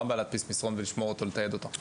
מה הבעיה להדפיס מסרון ולתעד אותו?